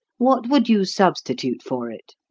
what would you substitute for it?